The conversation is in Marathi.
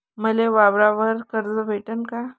मले वावरावर कर्ज भेटन का?